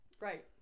right